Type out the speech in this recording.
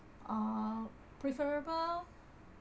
uh preferable